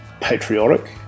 patriotic